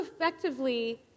effectively